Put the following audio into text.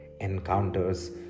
encounters